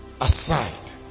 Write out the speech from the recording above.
aside